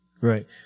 right